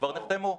כבר נחתמו.